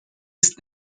است